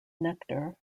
nectar